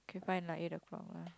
okay fine lah eight o-clock lah